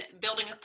building